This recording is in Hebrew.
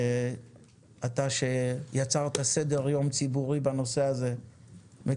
שכאחד שיצר סדר יום ציבורי בנושא הזה אתה